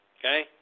okay